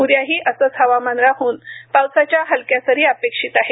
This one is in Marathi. उद्याही असंच हवामान राहन पावसाच्या हलक्या सरी अपेक्षित आहेत